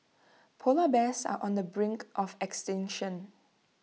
Polar Bears are on the brink of extinction